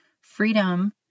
Freedom